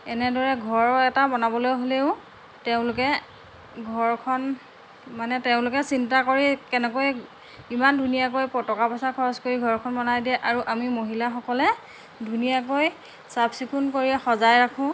এনেদৰে ঘৰো এটা বনাবলৈ হ'লেও তেওঁলোকে ঘৰখন মানে তেওঁলোকে চিন্তা কৰি কেনেকৈ ইমান ধুনীয়াকৈ টকা পইচা খৰচ কৰি ঘৰখন বনাই দিয়ে আৰু আমি মহিলাসকলে ধুনীয়াকৈ চাফচিকুণ কৰি সজাই ৰাখোঁ